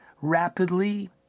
rapidly